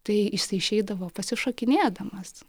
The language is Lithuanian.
tai jisai išeidavo pasišokinėdamas